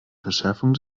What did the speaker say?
verschärfung